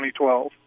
2012